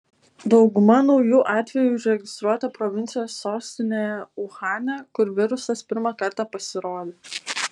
dauguma naujų atvejų užregistruota provincijos sostinėje uhane kur virusas pirmą kartą pasirodė